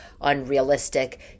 unrealistic